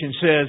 says